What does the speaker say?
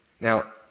Now